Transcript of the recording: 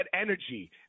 energy